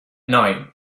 night